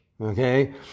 okay